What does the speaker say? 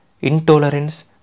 intolerance